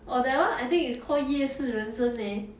orh that one I think is called 夜市人生 leh